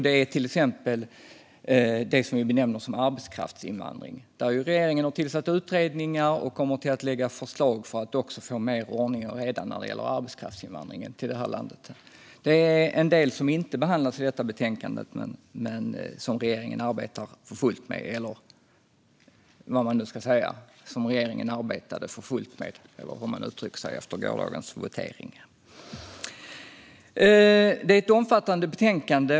Det är till exempel det vi benämner arbetskraftsinvandring. Regeringen har där tillsatt utredningar och kommer också att lägga fram förslag för att få mer ordning och reda när det gäller arbetskraftsinvandringen till det här landet. Det är en del som inte behandlas i detta betänkande men som regeringen arbetar för fullt med - eller arbetade för fullt med, eller hur man nu ska uttrycka det efter gårdagens votering. Det är ett omfattande betänkande.